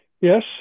Yes